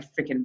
freaking